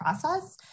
process